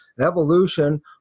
Evolution